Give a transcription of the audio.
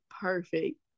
perfect